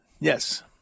Yes